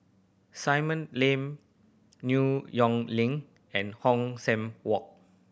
Simei Lane New Yong Link and Hong San Walk